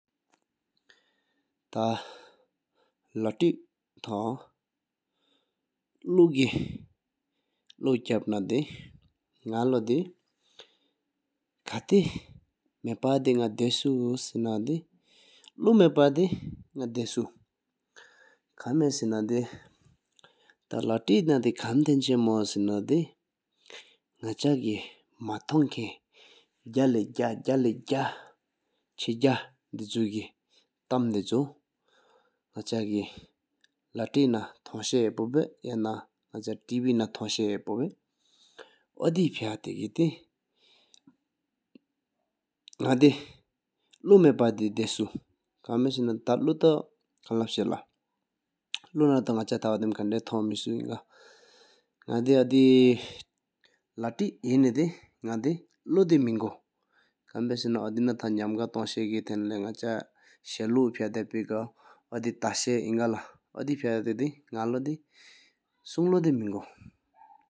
ཐ་ལ་ཏི་ཐང་ཀློ་ཀློ་ཆཔ་ན་དེ་ནག་ལོ་དེ་ཀ་ཏེ་མ་པ་དེ་ད་སུ་སེ་ན་དེ་ཀློ་མ་པ་དེ་ནག་ད་སུ། ཁམ་པ་སེ་ན་དེ་ཐ་ལ་ཏི་ནང་དེ་ནག་ཆ་ཀེ་མ་ཐོང་ཁན་རྒྱལ་ག་གེ་ལ་གེ་ཆེ་ག་དེ་ཅུག་ཀེ་ཏམ་དེ་ཆུ་ནག་ཆ་ཀེ་ལ་ཏི་ན་ཐོང་ཤ་ཧ་པོ་བ། ཡང་ན་ནག་ཆ་ཊི་བི་ན་ཐོང་ཤ་ཧ་པོ་བ། ཨོ་དེ་ཕ་ཏེ་གེ་དེ་ནག་དེ་ཀློ་མ་ཕ་དེ་དེ་སུ་ཁ་མ་སེ་ན་དེ་ཐ་ཀློ་ཏ་ཁན་ལབ་ས་བའོ་ཐ་ཀློ་ན་ཏོ་ཐ་ནག་ཆ་ཨ་དམ་ཁན་དོ་ཐོང་མས་སུ། ནག་དེ་ཨོ་དེ་ལ་ཏི་ཧ་ན་དེ་ཀློ་སྨིན་གུ་ཁན་ཕ་སེ་ན་དེ་ཨོ་དེ་ཐ་ནམ་ག་ཏོང་ཤ་ཀེ་ཐན་ལས་ནག་ཆ་ཤ་ལུ་ཕ་དེེ་པེ་གང་ཨོ་དེ་ཏ་ཤེ་སྔ་ལ་ཨོ་དེ་ཕ་ཏེ་ཀེ་དེ་ནག་ལོ་དེ་སུང་ཀློ་སྨིན་གུ།